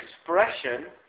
expression